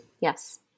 Yes